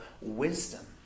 wisdom